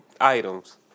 items